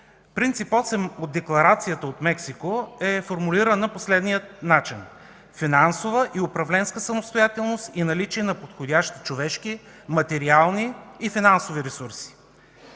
Принцип осем от Декларацията от Мексико е формулирана по следния начин: „Финансова и управленска самостоятелност и наличие на подходящи човешки, материални и финансови ресурси”.